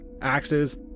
axes